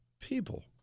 People